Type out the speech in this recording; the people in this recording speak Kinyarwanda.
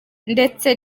ndetse